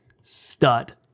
stud